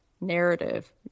narrative